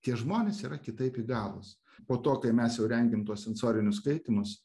tie žmonės yra kitaip įgalūs po to kai mes jau rengėm tuos sensorinius skaitymus